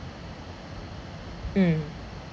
mm